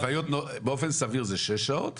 לוויות באופן סביר זה שש שעות,